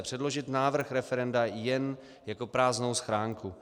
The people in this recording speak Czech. Předložit návrh referenda jen jako prázdnou schránku.